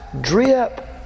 drip